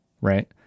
right